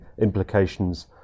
implications